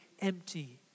empty